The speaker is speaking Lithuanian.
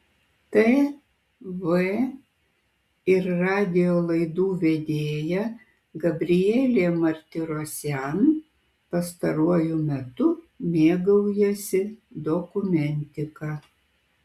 tv ir radijo laidų vedėja gabrielė martirosian pastaruoju metu mėgaujasi dokumentika